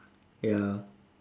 ya